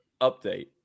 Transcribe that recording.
Update